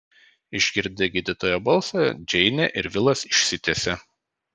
išgirdę gydytojo balsą džeinė ir vilas išsitiesė